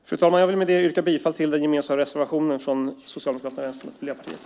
Fru talman! Med det yrkar jag bifall till den gemensamma reservationen från Socialdemokraterna, Vänsterpartiet och Miljöpartiet.